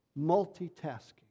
Multitasking